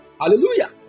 Hallelujah